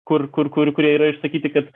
kur kur kur kurie yra išsakyti kad